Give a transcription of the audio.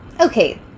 Okay